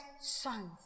sons